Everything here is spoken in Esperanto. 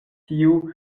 tiu